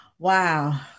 Wow